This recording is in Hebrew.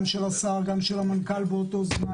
התחייבות של השר, גם של המנכ"ל באותו זמן.